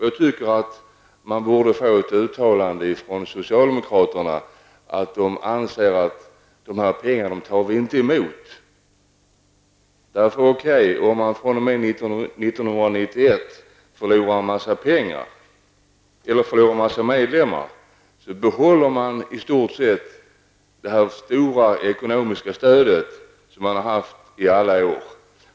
Jag tycker socialdemokraterna borde göra ett uttalande om att de inte skall ta emot sådana pengar. Som det nu är har man accepterat att man fr.o.m. 1991 förlorar en massa medlemmar, men man behåller i stort sett det stora ekonomiska stödet man haft i alla år.